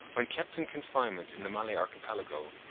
when kept in confinement in the malay archipelago,